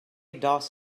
doss